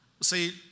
See